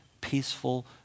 peaceful